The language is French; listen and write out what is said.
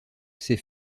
ces